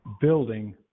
building